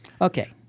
Okay